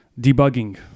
debugging